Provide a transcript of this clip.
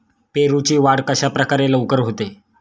पेरूची वाढ कशाप्रकारे लवकर होते?